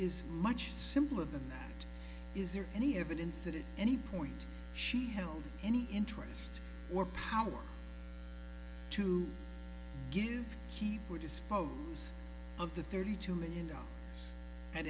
is much simpler than that is there any evidence that it any point she held any interest or power to give keep her dispose of the thirty two million dollars a